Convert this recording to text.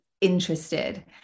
interested